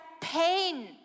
pain